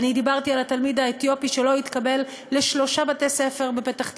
אני דיברתי על התלמיד האתיופי שלא התקבל לשלושה בתי-ספר בפתח תקווה.